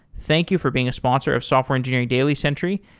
thank you for being a sponsor of software engineering daily, sentry,